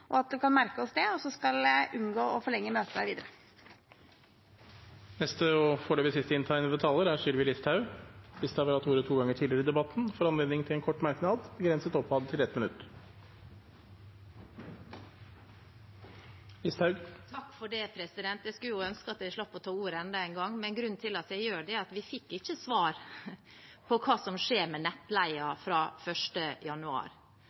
og at vi kan merke oss det, og så skal jeg unngå å forlenge møtet videre. Representanten Sylvi Listhaug har hatt ordet to ganger tidligere og får ordet til en kort merknad, begrenset til 1 minutt. Jeg skulle jo ønske jeg slapp å ta ordet enda en gang, men grunnen til at jeg gjør det, er at vi ikke fikk svar på hva som skjer med nettleien fra 1. januar.